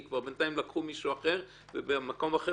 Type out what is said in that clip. כי בינתיים לקחו מישהו אחר ובמקום אחר